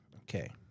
Okay